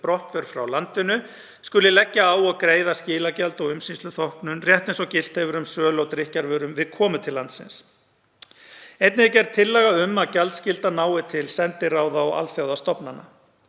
brottför frá landinu skuli leggja á og greiða skilagjald og umsýsluþóknun rétt eins og gilt hefur um sölu á drykkjarvörum við komu til landsins. Einnig er gerð tillaga um að gjaldskylda nái til sendiráða og alþjóðastofnana.